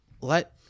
Let